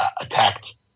attacked